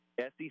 SEC